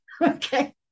Okay